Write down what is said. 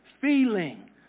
feeling